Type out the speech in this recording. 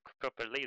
properly